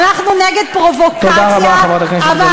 אנחנו נגד פרובוקציה, תודה רבה, חברת הכנסת גלאון.